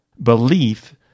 Belief